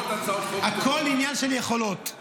את הצעות החוק --- הכול עניין של יכולות.